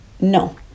No